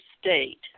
state